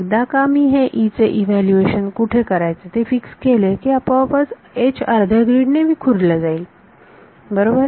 एकदा का मी E चे इव्हॅल्युएशन कुठे करायचे ते फिक्स केले की आपोआपच H अर्ध्या ग्रीड ने विखुरले जाईल बरोबर